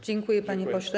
Dziękuję, panie pośle.